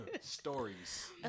stories